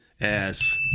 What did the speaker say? ass